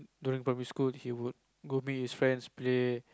during primary school he would go meet his friends play